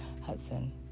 Hudson